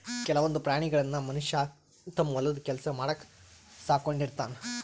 ಕೆಲವೊಂದ್ ಪ್ರಾಣಿಗಳನ್ನ್ ಮನಷ್ಯ ತಮ್ಮ್ ಹೊಲದ್ ಕೆಲ್ಸ ಮಾಡಕ್ಕ್ ಸಾಕೊಂಡಿರ್ತಾನ್